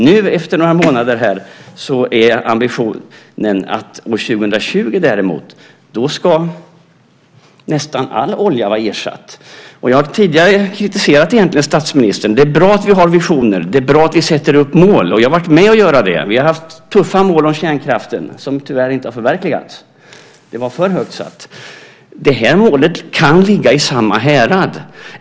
Nu, efter några månader, är ambitionen däremot att år 2020 ska nästan all olja ha ersatts. Jag har tidigare kritiserat statsministern. Det är bra att vi har visioner och att vi sätter upp mål, och jag har varit med om att göra det. Vi har haft tuffa mål om kärnkraften, som tyvärr inte har förverkligats, då de var för högt satta. Det här målet kan ligga i samma härad.